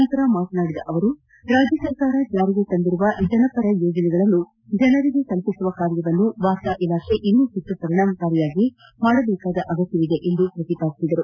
ನಂತರ ಮಾತನಾಡಿದ ಅವರು ರಾಜ್ಯ ಸರ್ಕಾರ ಜಾರಿಗೆ ತಂದಿರುವ ಜನಪರ ಯೋಜನೆಗಳನ್ನು ಜನರಿಗೆ ತಲುಪಿಸುವ ಕಾರ್ಯವನ್ನು ವಾರ್ತಾ ಇಲಾಖೆ ಇನ್ನೂ ಹೆಚ್ಚು ಪರಿಣಾಮಕಾರಿಯಾಗಿ ಮಾಡಬೇಕಾದ ಅಗತ್ಯವಿದೆ ಎಂದು ಪ್ರತಿಪಾದಿಸಿದರು